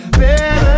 better